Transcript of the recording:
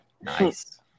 Nice